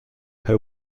her